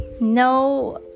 no